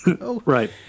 right